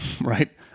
right